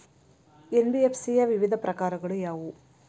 NBFC ಯ ವಿವಿಧ ಪ್ರಕಾರಗಳು ಯಾವುವು?